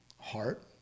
heart